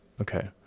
Okay